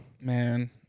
man